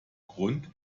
grund